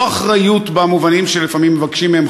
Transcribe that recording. לא אחריות במובנים שלפעמים מבקשים מהם,